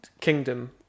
kingdom